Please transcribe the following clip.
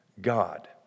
God